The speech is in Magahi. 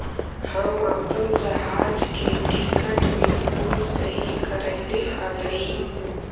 हम अपन जहाज के टिकट भी फोन से ही करैले हलीअइ